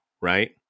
right